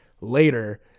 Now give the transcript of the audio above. later